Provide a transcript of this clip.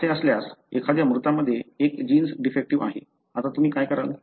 असे असल्यास एखाद्या मृतामध्ये एक जीन्स डिफेक्टीव्ह आहे आता तुम्ही काय कराल